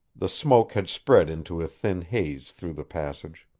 the smoke had spread into a thin haze through the passage.